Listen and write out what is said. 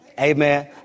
Amen